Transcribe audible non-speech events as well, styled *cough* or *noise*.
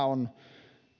*unintelligible* on